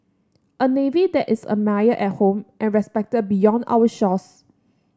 a navy that is admired at home and respected beyond our shores